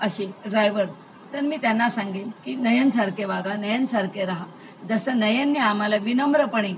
असे ड्रायव्हर तर मी त्यांना सांगेन की नयनसारखे वागा नयनसारखे राहा जसं नयनने आम्हाला विनम्रपणे